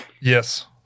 Yes